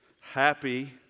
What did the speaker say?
Happy